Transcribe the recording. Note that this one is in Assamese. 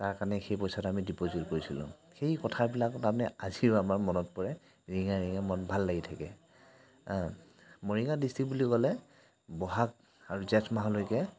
তাৰ কাৰণে সেই পইচাটো আমি ডিপ'জিট কৰিছিলোঁ সেই কথাবিলাকত তাৰমানে আজিও আমাৰ মনত পৰে ৰিঙা ৰিঙা মন ভাল লাগি থাকে মৰিগাঁও ডিষ্ট্ৰিক বুলি ক'লে বহাগ আৰু জেঠমাহলৈকে